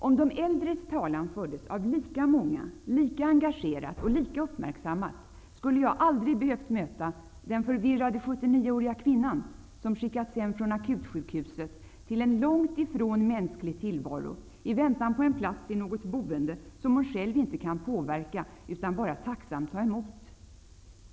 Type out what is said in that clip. Om de äldres talan fördes av lika många, lika engagerat och lika uppmärksammat, skulle jag aldrig ha behövt möta den förvirrade 79-åriga kvinna som skickats hem från akutsjukhuset till en långt ifrån mänsklig tillvaro i väntan på en plats i något boende som hon själv inte kan påverka utan bara ''tacksamt'' ta emot.